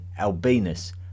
Albinus